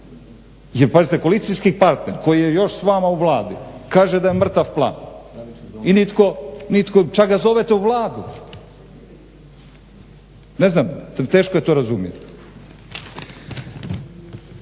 Jer pazite koalicijski partner koji je još s vama u Vladi kaže da je mrtav plan i nitko čak ga zovete u Vladu. Ne znam teško je to razumiti.